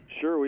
Sure